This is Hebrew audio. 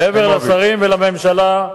מעבר לשרים ולממשלה,